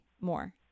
more